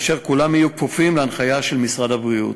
וכולם יהיו כפופים להנחיה של משרד הבריאות.